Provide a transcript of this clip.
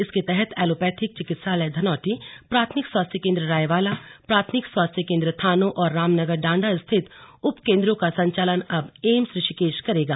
इसके तहत एलोपैथिक चिकित्सालय धनोल्टी प्राथमिक स्वास्थ्य केन्द्र रायवाला प्राथमिक स्वास्थ्य केन्द्र थानो और रामनगर डांडा स्थित उपकेन्द्रों का संचालन अब एम्स ऋषिकेश करेगा